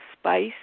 spice